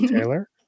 Taylor